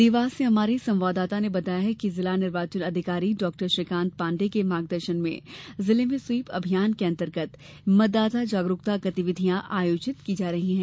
देवास से हमारे संवादाता ने बताया है कि जिला निर्वाचन अधिकारी डॉ श्रीकान्त पाण्डेय के मार्गदर्शन में जिले में स्वीप अभियान अंतर्गत मतदाता जागरूकता गतिविधियां आयोजित की जा रही है